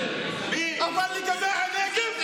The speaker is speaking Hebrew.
יש לך בעיה עם הדברים.